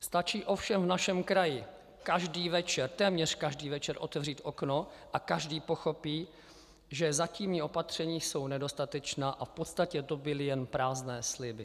Stačí ovšem v našem kraji každý večer, téměř každý večer, otevřít okno a každý pochopí, že zatímní opatření jsou nedostatečná a v podstatě to byly jen prázdné sliby.